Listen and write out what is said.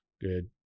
good